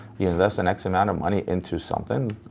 you invest an x-amount of money into something.